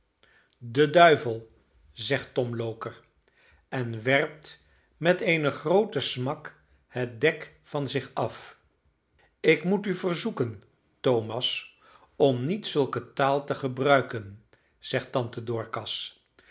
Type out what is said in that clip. de duivel zegt tom loker en werpt met een grooten smak het dek van zich af ik moet u verzoeken thomas om niet zulke taal te gebruiken zegt tante